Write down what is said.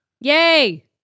Yay